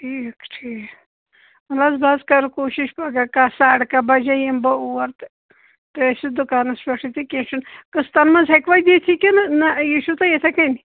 ٹھیٖک ٹھیٖک ولہٕ بہٕ حَظ کرٕ کوٗشِش پگاہ کاہ ساڈٕ کاہ بجے یمہٕ بہٕ اور تُہۍ ٲسِو دُکانس پٮ۪ٹھے تہٕ کینٛہہ چھُ نہٕ قٕسظن منٛز ہیکوا دِتھ یہ کِنہٕ نہٕ یہِ چھُو تۄہہِ یِتھَے کٔنۍ